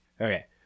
okay